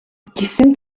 гэсэн